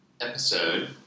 episode